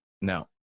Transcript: No